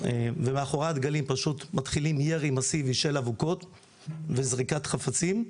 ומאחורי הדגלים פשוט מתחילים ירי מאסיבי של אבוקות וזריקת חפצים,